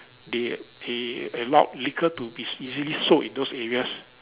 they they allowed liquor to be easily sold in those areas